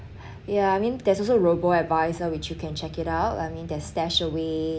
yeah I mean there's also robo adviser which you can check it out I mean there's stashaway